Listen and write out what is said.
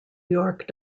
york